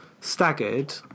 staggered